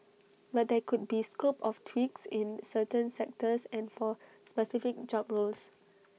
but there could be scope of tweaks in certain sectors and for specific job roles